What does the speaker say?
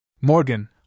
Morgan